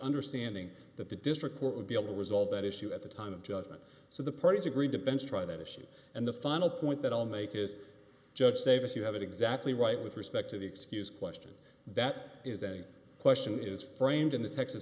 understanding that the district court would be able to resolve that issue at the time of judgement so the parties agreed to bench try that issue and the final point that i'll make is judge davis you have it exactly right with respect to the excuse question that is a question is framed in the texas